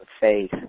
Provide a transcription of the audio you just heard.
faith